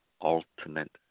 alternate